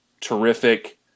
terrific